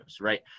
right